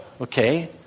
okay